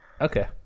Okay